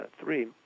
Three